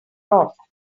off